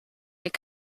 est